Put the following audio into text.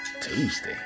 Tuesday